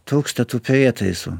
trūksta tų prietaisų